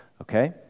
Okay